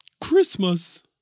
Christmas